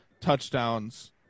touchdowns